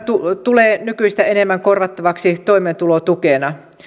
tulee nykyistä enemmän korvattavaksi toimeentulotukena